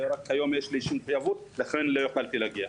היום הייתה לי מחויבות, לכן לא יכולתי להגיע.